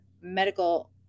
medical